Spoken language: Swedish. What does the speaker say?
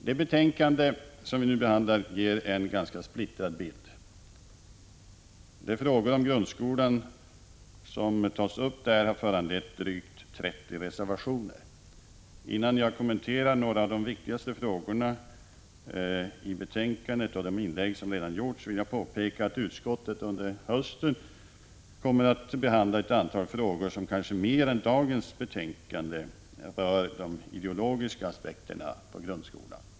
Det betänkande som vi nu behandlar ger en ganska splittrad bild. De frågor om grundskolan som där tas upp har föranlett drygt 30 reservationer. Innan jag kommenterar några av de viktigaste frågorna i betänkandet och de inlägg som redan har gjorts, vill jag påpeka att utskottet under hösten kommer att behandla ett antal frågor som kanske mer än dagens betänkande berör de ideologiska aspekterna på grundskolan.